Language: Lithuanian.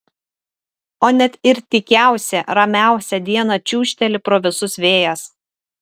o net ir tykiausią ramiausią dieną čiūžteli pro visus vėjas